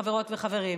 חברות וחברים,